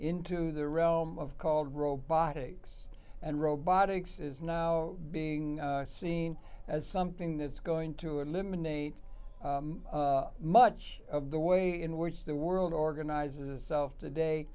into the realm of called robotics and robotics is now being seen as something that's going to eliminate much of the way in which the world organizes itself today